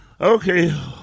Okay